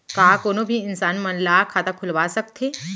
का कोनो भी इंसान मन ला खाता खुलवा सकथे?